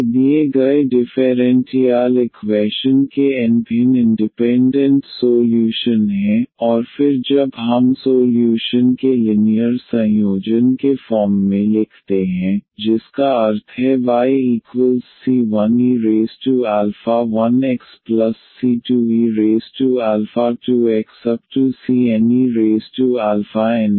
ये दिए गए डिफेरेंटियाल इक्वैशन के n भिन्न इंडिपेंडेंट सोल्यूशन हैं और फिर जब हम सोल्यूशन के लिनीयर संयोजन के फॉर्म में लिखते हैं जिसका अर्थ है yc1e1xc2e2xcnenx